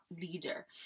leader